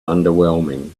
underwhelming